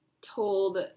told